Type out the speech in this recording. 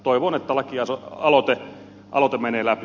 toivon että lakialoite menee läpi